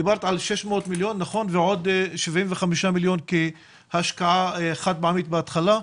דיברת על 600 מיליון ועוד 75 מיליון כהשקעה חד פעמית בהתחלה.